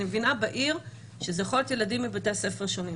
אני מבינה שבעיר הילדים יכולים להיות מבתי ספר שונים,